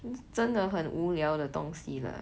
真的很无聊的东西 lah